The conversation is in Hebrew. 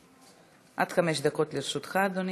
עד חמש דקות לרשותך, אדוני.